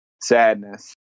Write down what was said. sadness